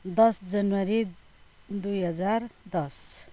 दस जनवरी दुई हजार दस